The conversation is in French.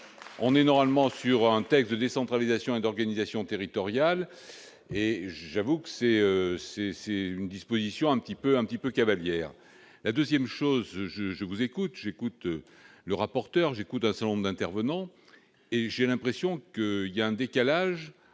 on est normalement sur un texte de décentralisation et d'organisation territoriale et j'avoue que c'est, c'est c'est une disposition un petit peu, un petit peu Cavaliere la 2ème chose je je vous écoute, j'écoute le rapporteur, j'écoute un salon d'intervenants et j'ai l'impression qu'il y a un décalage